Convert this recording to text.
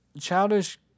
childish